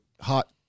hot